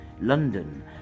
London